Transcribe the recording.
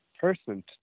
person